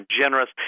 generous